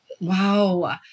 Wow